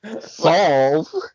solve